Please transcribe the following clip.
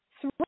three